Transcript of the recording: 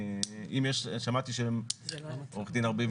שמעתי שעו"ד ארביב,